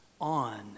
on